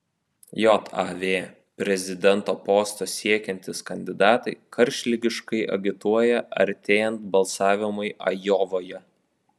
jav prezidento posto siekiantys kandidatai karštligiškai agituoja artėjant balsavimui ajovoje